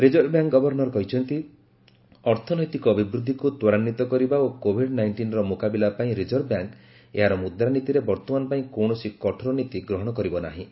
reserve bank governor କହିଛନ୍ତି ଅର୍ଥନୈତିକ ଅଭିବୃଦ୍ଧିକୁ ତ୍ୱରାନ୍ୱିତ କରିବା ଓ କୋଭିଡ୍ ନାଇଷ୍ଟିନର ମୁକାବିଲା ପାଇଁ ରିଜର୍ଭ ବ୍ୟାଙ୍କ ଏହାର ମୁଦ୍ରାନୀତିରେ ବର୍ତ୍ତମାନ ପାଇଁ କୌଣସି କଠୋର ନୀତି ଗ୍ରହଣ କରିବ ନାହିଁ